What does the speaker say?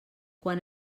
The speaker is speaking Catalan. quan